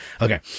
Okay